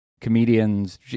comedians